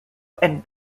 and